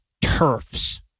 turfs